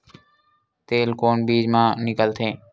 तेल कोन बीज मा निकलथे?